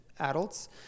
adults